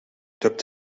dubbed